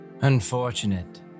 Unfortunate